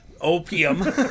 opium